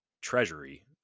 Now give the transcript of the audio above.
treasury